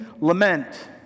Lament